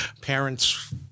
parents